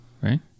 right